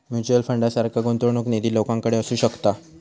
mutual फंडासारखा गुंतवणूक निधी लोकांकडे असू शकता